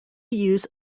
use